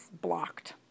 blocked